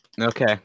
Okay